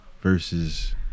Versus